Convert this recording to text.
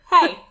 Hey